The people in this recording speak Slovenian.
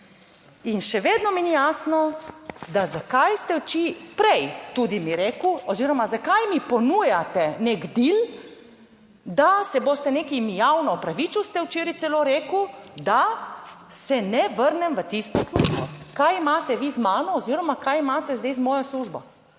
In še vedno mi ni jasno, da zakaj ste oči prej tudi mi rekel oziroma zakaj mi ponujate nek del, da se boste nekaj javno opravičil, ste včeraj celo rekel, da se ne vrnem v tisto službo. Kaj imate vi z mano oziroma kaj imate zdaj z mojo službo,